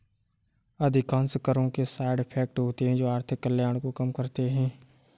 अधिकांश करों के साइड इफेक्ट होते हैं जो आर्थिक कल्याण को कम करते हैं